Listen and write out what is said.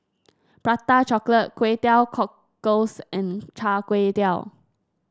Prata Chocolate Kway Teow Cockles and Char Kway Teow